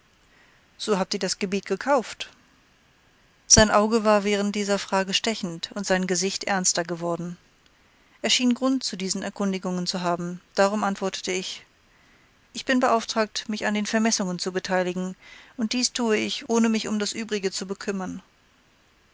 so habt ihr das gebiet gekauft sein auge war während dieser frage stechend und sein gesicht ernster geworden er schien grund zu diesen erkundigungen zu haben darum antwortete ich ich bin beauftragt mich an den vermessungen zu beteiligen und dies tue ich ohne mich um das übrige zu bekümmern